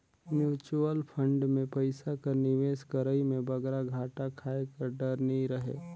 mutual fund में पइसा कर निवेस करई में बगरा घाटा खाए कर डर नी रहें